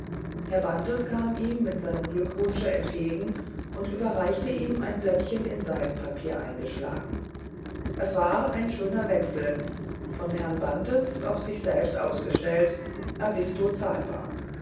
herr bantes kam ihm mit seinem glückwunsche entgegen und überreichte ihm ein blättchen in seidenpapier eingeschlagen es war ein schöner wechsel von herrn bantes auf sich selbst ausgestellt a visto zahlbar